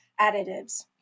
additives